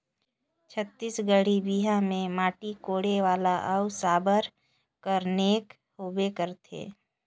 छत्तीसगढ़ी बिहा मे माटी कोड़े वाला अउ साबर कर नेग होबे करथे